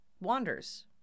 wanders